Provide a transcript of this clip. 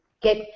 get